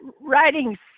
writing